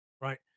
Right